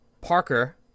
Parker